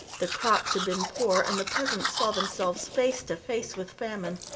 the crops had been poor, and the peasants saw themselves face to face with famine.